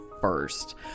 first